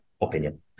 opinion